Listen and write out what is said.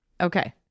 Okay